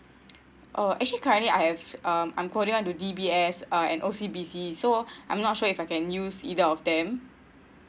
oh actually currently I have um I'm korean do D_B_S uh and O_C_B_C so I'm not sure if I can use either of them